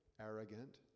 arrogant